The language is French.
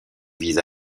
vise